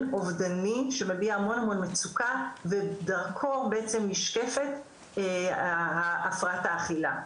אובדני שמביע המון המון מצוקה ודרכו בעצם נשקפת ההפרעת האכילה.